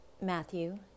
Matthew